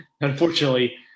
unfortunately